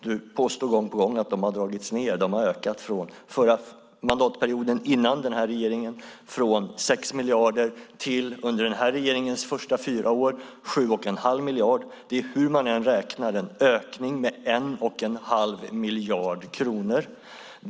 Du påstår gång på gång att de har dragits ned, men sedan mandatperioden innan denna regering tillträdde har de ökat från 6 miljarder till, under denna regerings första fyra år, 7 1⁄2 miljard. Det är hur man än räknar en ökning med 1 1⁄2 miljard kronor.